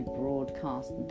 broadcast